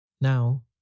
Now